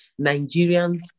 Nigerians